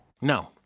No